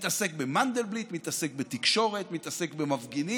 מתעסק במנדלבליט, מתעסק בתקשורת, מתעסק במפגינים,